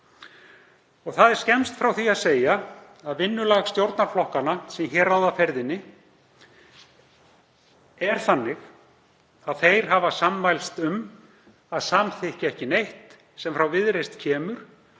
Það er skemmst frá því að segja að vinnulag stjórnarflokkanna sem hér ráða ferðinni er þannig að þeir hafa sammælst um að samþykkja ekki neitt sem frá Viðreisn kemur,